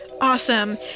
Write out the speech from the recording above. Awesome